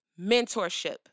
Mentorship